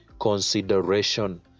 consideration